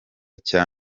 cya